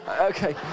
Okay